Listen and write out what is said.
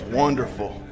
wonderful